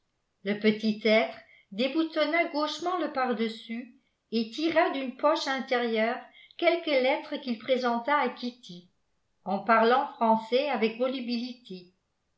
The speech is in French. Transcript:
le petit être déboutonna gauchement le pardessus et tira d'une poche intérieure quelques lettres qu'il présenta à kitty en parlant français avec volubilité